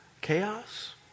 chaos